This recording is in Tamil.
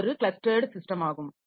இது ஒரு கிளஸ்டர்டு சிஸ்டமாகும்